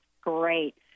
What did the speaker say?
great